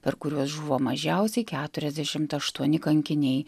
per kuriuos žuvo mažiausiai keturiasdešimt aštuoni kankiniai